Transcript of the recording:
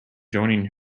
joining